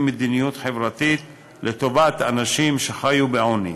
מדיניות חברתית לטובת אנשים שחיו בעוני.